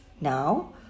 Now